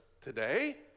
today